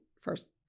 first